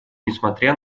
несмотря